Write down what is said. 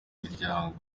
miryango